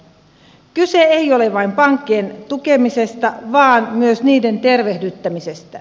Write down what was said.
kyse ei ole vain pankkien tukemisesta vaan myös niiden tervehdyttämisestä